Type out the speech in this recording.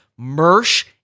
Mersh